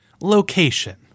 location